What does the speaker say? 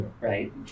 right